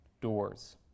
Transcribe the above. doors